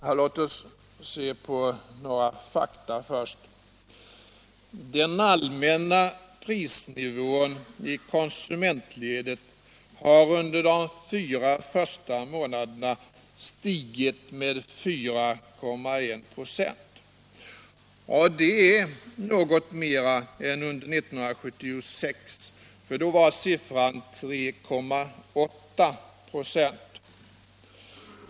Ja, låt oss se på några fakta först. Den allmänna prisnivån i konsumentledet har under de fyra första månaderna stigit med 4,1 26, och det är något mera än under 1976, för då var siffran 3,8 ?6.